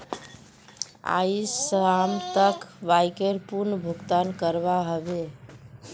आइज शाम तक बाइकर पूर्ण भुक्तान करवा ह बे